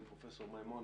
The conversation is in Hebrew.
מפרופ' מימון,